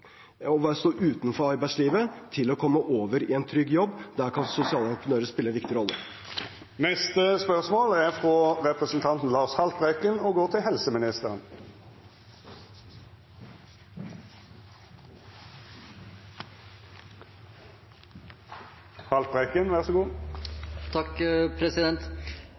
stå utenfor arbeidslivet til å komme over i en trygg jobb. Der kan sosiale entreprenører spille en viktig rolle. «Arbeidshverdagen i den kvinnedominerte helse- og omsorgssektoren er